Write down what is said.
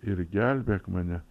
ir gelbėk mane